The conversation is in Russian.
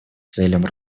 целям